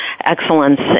Excellence